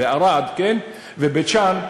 וערד ובית-שאן,